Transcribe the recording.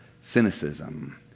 cynicism